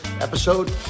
episode